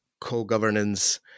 co-governance